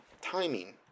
timing